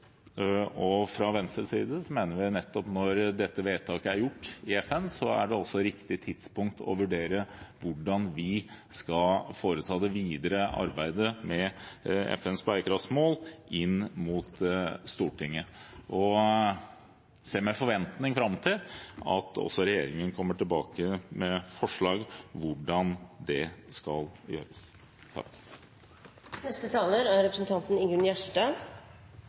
og fra Venstres side mener vi at når dette vedtaket er gjort i FN, er det også riktig tidspunkt å vurdere hvordan vi skal foreta det videre arbeidet med FNs bærekraftsmål inn mot Stortinget. Vi ser med forventning fram til at også regjeringen kommer tilbake med forslag til hvordan det skal gjøres. Eg synest ikkje det er